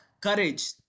courage